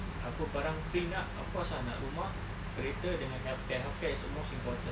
apa barang free nak of course lah nak rumah kereta dengan healthcare healthcare is the most important